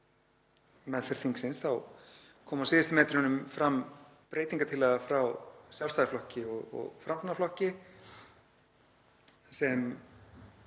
meðferð þingsins þá kom á síðustu metrunum fram breytingartillaga frá Sjálfstæðisflokki og Framsóknarflokki sem